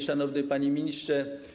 Szanowny Panie Ministrze!